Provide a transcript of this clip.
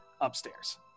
upstairs